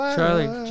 Charlie